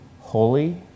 holy